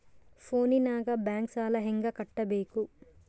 ಫೋನಿನಾಗ ಬ್ಯಾಂಕ್ ಸಾಲ ಹೆಂಗ ಕಟ್ಟಬೇಕು?